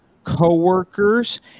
co-workers